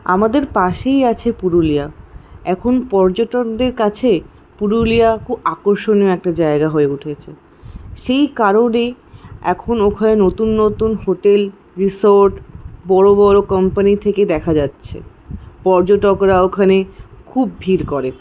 আমাদের পাশেই আছে পুরুলিয়া এখন পর্যটকদের কাছে পুরুলিয়া খুব আকর্ষণীয় একটা জায়গা হয়ে উঠেছে সেই কারণে এখন ওখানে নতুন নতুন হোটেল রিসোর্ট বড় বড় কোম্পানি থেকে দেখা যাচ্ছে পর্যটকরা ওখানে খুব ভিড় করে